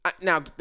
now